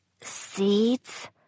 seeds